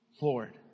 Lord